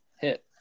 hit